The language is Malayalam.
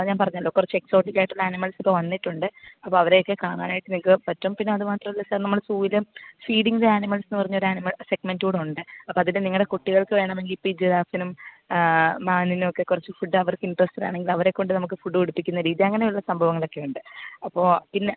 ഞാൻ പറഞ്ഞല്ലോ കുറച്ച് എക്സോട്ടിക്ക് ആയിട്ടുള്ള ആനിമൽസ് ഇപ്പം വന്നിട്ടുണ്ട് അപ്പോൾ അവരെയൊക്കെ കാണാനായിട്ട് നിങ്ങൾക്ക് പറ്റും പിന്നെ ഇത് മാത്രമല്ല സാർ നമ്മൾ സൂവിൽ ഫീഡിങ് ദ അനിമൽസ് എന്ന് പറഞ്ഞ ഒരു ആനിമൽ സെഗ്മൻ്റ് കൂടെ ഉണ്ട് അപ്പോൾ അതിൽ നിങ്ങൾ കുട്ടികൾക്ക് വേണമെങ്കിൽ ഇപ്പം ഈ ജിറാഫിനും മാനിനുമൊക്കെ കുറച്ച് ഫുഡ്ഡ് അവർക്ക് ഇൻട്രസ്റ്റെഡ് ആണെങ്കിൽ അവരെ കൊണ്ട് നമുക്ക് ഫുഡ്ഡ് കൊടുപ്പിക്കുന്ന രീതി അങ്ങനെയുള്ള സംഭവങ്ങളൊക്കെ ഉണ്ട് അപ്പോ പിന്നെ